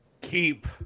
Keep